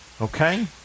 Okay